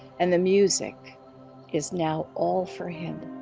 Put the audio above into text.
and the music is now all for him